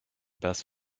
best